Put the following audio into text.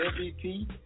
MVP